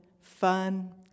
fun